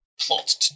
plot